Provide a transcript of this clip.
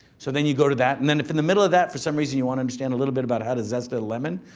so then you go to that and then if in the middle of that, for some reason, you wanna understand a little bit about how to zest a lemon,